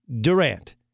Durant